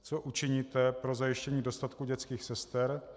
Co učiníte pro zajištění dostatku dětských sester?